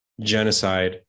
genocide